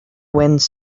winds